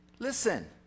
Listen